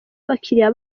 abakiliya